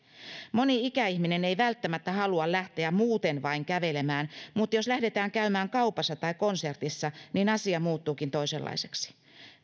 moni ikäihminen ei välttämättä halua lähteä muuten vain kävelemään mutta jos lähdetään käymään kaupassa tai konsertissa niin asia muuttuukin toisenlaiseksi